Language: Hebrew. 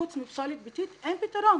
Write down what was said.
חוץ מפסולת ביתית אין פתרון.